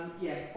yes